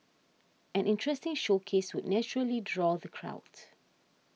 an interesting showcase would naturally draw the crowd